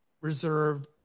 reserved